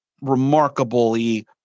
remarkably